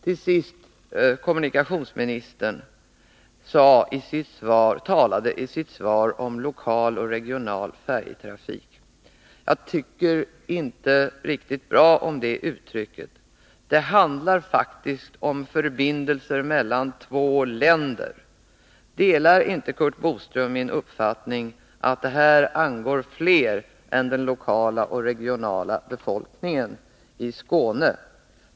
Till sist: Kommunikationsministern talade i sitt svar om ”den lokala och regionala färjetrafiken”. Jag tycker inte riktigt bra om det uttrycket. Det handlar faktiskt om förbindelserna mellan två länder. Delar inte Curt Boström min uppfattning att den här frågan angår flera än den lokala och regionala befolkningen i Skåne?